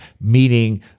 meaning